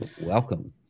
Welcome